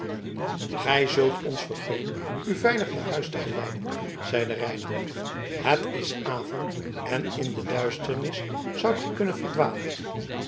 gij zult ons vergunnen u veilig naar huis te geleiden zeide reinout het is avond en in de duisternis zoudt gij kunnen verdwalen